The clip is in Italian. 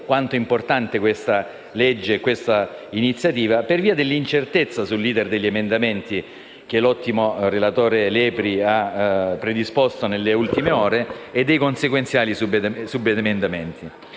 quanto importante sia questa legge, per via dell'incertezza sull'*iter* degli emendamenti che l'ottimo relatore Lepri ha predisposto nelle ultime ore e dei consequenziali subemendamenti.